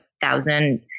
thousand